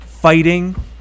Fighting